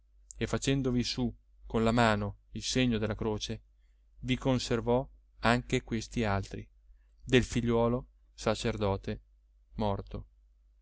e facendovi su con la mano il segno della croce vi conservò anche questi altri del figlio sacerdote morto